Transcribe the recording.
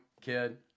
kid